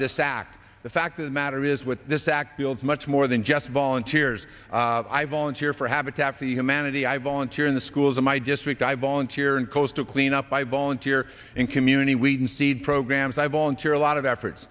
this act the fact of the matter is this act builds much more than just volunteers i volunteer for habitat for humanity i volunteer in the schools in my district i volunteer and close to clean up by volunteer and community weed and seed programs i volunteer a lot of effort